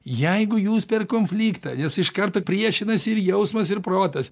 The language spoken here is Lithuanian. jeigu jūs per konfliktą nes iš karto priešinasi ir jausmas ir protas